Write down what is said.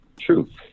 truth